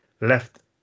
left